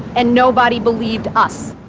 and nobody believed us.